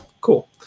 cool